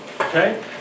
Okay